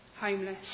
Homeless